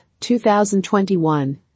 2021